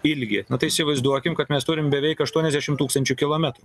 ilgį na tai įsivaizduokim kad mes turim beveik aštuoniasdešim tūkstančių kilometrų